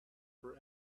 for